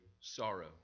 sorrow